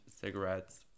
cigarettes